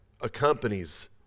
accompanies